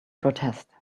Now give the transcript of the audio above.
protest